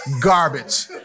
garbage